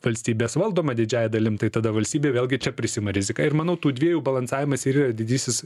valstybės valdoma didžiąja dalim tai tada valstybė vėlgi čia prisiima riziką ir manau tų dviejų balansavimas ir yra didysis